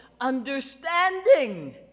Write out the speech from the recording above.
understanding